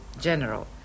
general